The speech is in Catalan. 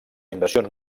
invasions